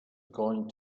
going